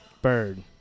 Bird